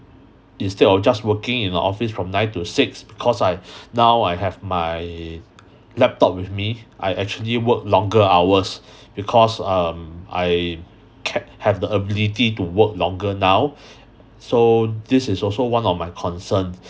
instead of just working in the office from nine to six cause I now I have my laptop with me I actually work longer hours because um I can have the ability to work longer now so this is also one of my concern